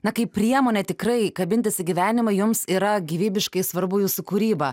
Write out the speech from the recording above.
na kaip priemonė tikrai kabintis į gyvenimą jums yra gyvybiškai svarbu jūsų kūryba